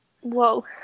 Whoa